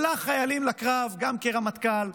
שלח חיילים לקרב גם כרמטכ"ל,